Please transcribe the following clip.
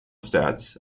stats